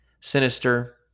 sinister